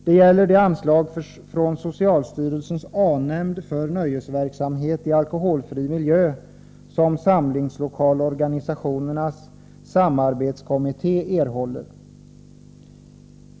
Det gäller det anslag från socialstyrelsens A-nämnd för ”Nöjesverksamhet i alkoholfri miljö” som samlingslokalorganisationernas samarbetskommitté erhåller.